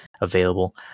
available